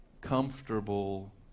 comfortable